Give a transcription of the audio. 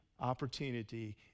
opportunity